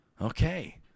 okay